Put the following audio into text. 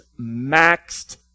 maxed